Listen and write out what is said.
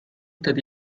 detta